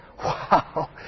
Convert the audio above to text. Wow